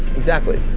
exactly.